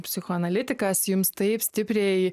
psichoanalitikas jums taip stipriai